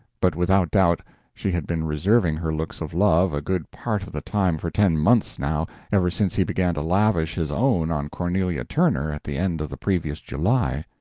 but without doubt she had been reserving her looks of love a good part of the time for ten months, now ever since he began to lavish his own on cornelia turner at the end of the previous july.